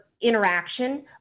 interaction